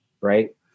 right